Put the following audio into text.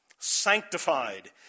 sanctified